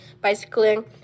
bicycling